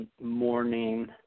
morning